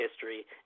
history